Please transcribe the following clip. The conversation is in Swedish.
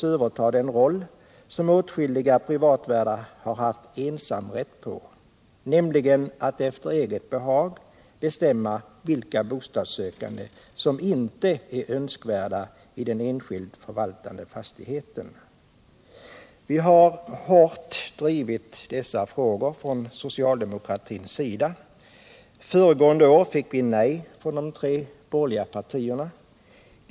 som på så sätt kan upphäva åtskilliga hyresvärdars ensamrätt att efter eget behag bestämma vilka bostadssökande som inte är önskvärda i en enskilt förvalhad fastighet. Vi har från socialdemokratins sida hårt drivit frågan om kommunal anvisningrätt. Föregående år fick vi nej från de tre borgerliga partierna.